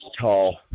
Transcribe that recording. tall